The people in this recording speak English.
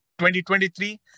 2023